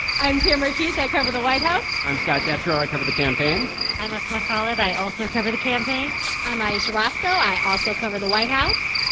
i'm tamara keith. i cover the white house i'm scott detrow. i cover the campaign i'm asma khalid. i also cover the campaign i'm ayesha rascoe. i also cover the white house